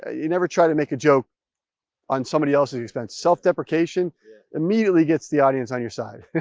ah you never try to make a joke on somebody else's expense. self-deprecation immediately gets the audience on your side.